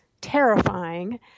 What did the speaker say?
terrifying